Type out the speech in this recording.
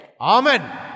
Amen